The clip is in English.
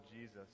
Jesus